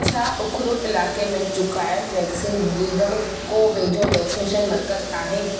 छा उखरुल इलाइक़े में चुकाइल वैक्सीन ॾींदड़ु को वेझो वैक्सीनेशन मर्कज़ आहे